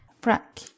Brack